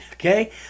Okay